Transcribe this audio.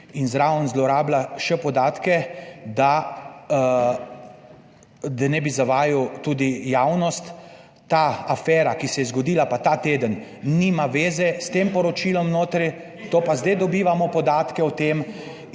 zraven zlorablja še podatke, da ne bi zavajal tudi javnost. Ta afera, ki se je zgodila pa ta teden, nima veze s tem poročilom notri, to pa zdaj dobivamo podatke o tem.